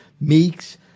Meeks